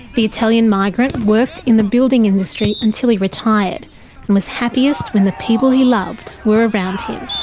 the italian migrant worked in the building industry until he retired and was happiest when the people he loved were around him.